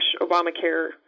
Obamacare